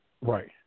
Right